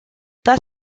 thus